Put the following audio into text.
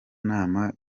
nama